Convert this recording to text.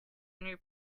new